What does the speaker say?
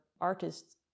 artists